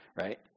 right